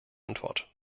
antwort